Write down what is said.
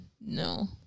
No